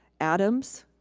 adams,